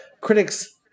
critics